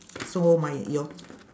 so my your